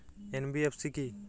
NBFC কী?